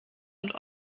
und